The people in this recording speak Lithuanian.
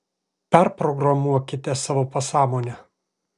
perprogramuokite savo pasąmonę